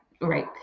right